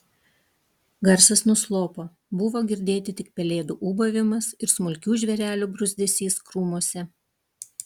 garsas nuslopo buvo girdėti tik pelėdų ūbavimas ir smulkių žvėrelių bruzdesys krūmuose